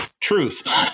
truth